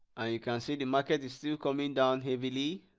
and you can see the market is still coming down heavily